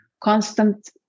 constant